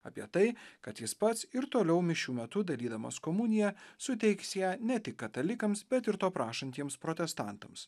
apie tai kad jis pats ir toliau mišių metu dalydamas komuniją suteiks ją ne tik katalikams bet ir to prašantiems protestantams